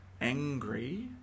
angry